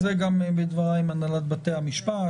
זה גם מדבריי עם הנהלת בתי המשפט.